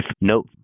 No